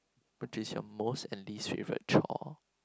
which is your most and least favourite chore